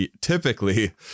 typically